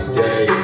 day